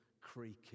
creaking